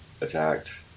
attacked